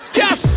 yes